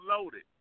loaded